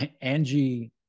Angie